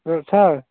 ꯎꯝ ꯁꯥꯔ